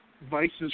vices